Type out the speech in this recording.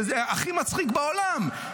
שזה הכי מצחיק בעולם,